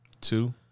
Two